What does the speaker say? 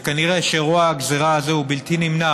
וכנראה רוע הגזרה הזה הוא בלתי נמנע,